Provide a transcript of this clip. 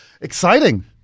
exciting